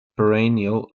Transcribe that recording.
perennial